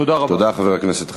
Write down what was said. תודה לחבר הכנסת חנין.